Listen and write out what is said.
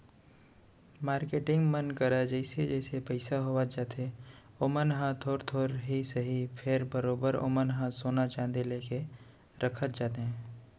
marketing मन करा जइसे जइसे पइसा होवत जाथे ओमन ह थोर थोर ही सही फेर बरोबर ओमन ह सोना चांदी लेके रखत जाथे